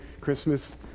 Christmas